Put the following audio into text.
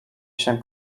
się